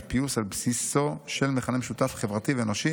פיוס על בסיסו של מכנה משותף חברתי ואנושי